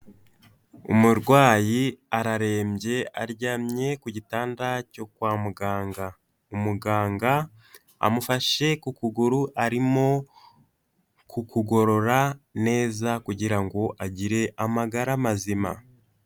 Umurwayi ararembye aryamye ku gitanda cyo kwa muganga, umuganga amufashe ku kuguru arimo ku kugorora neza kugirango agire amagara mazima.